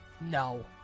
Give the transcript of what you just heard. No